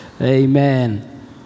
Amen